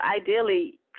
ideally